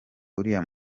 uriya